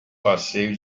passeio